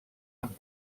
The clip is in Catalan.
amb